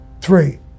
three